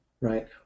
right